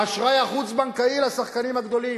האשראי החוץ-בנקאי לשחקנים הגדולים.